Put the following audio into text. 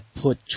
put